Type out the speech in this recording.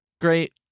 Great